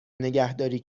نگهداری